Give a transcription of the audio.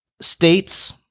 states